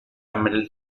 middle